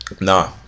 Nah